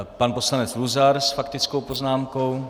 Pan poslanec Luzar s faktickou poznámkou.